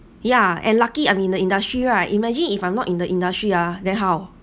yeah and lucky I'm in the industry right imagine if I'm not in the industry ah then how